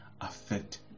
affect